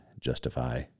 justify